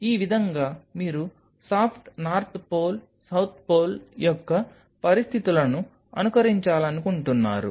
ఈ విధంగా మీరు soft north pole south pole యొక్క పరిస్థితులను అనుకరించాలనుకుంటున్నారు